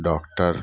doctor